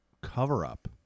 cover-up